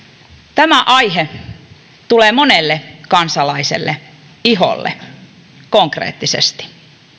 tämä aihe tulee monelle kansalaiselle iholle konkreettisesti